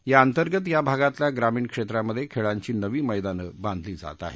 याअंतर्गत या भागातल्याग्रामीण क्षेत्रामध्ये खेळांची नवी मद्यानं बांधली जात आहेत